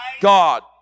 God